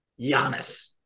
Giannis